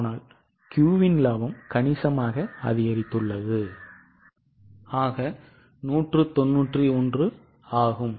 ஆனால் Q இன் லாபம் அதிகரித்துள்ளது ஆக 191 ஆகும்